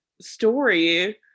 story